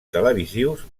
televisius